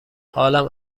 حالم